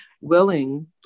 willing